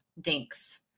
dinks